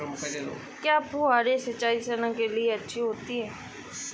क्या फुहारी सिंचाई चना के लिए अच्छी होती है?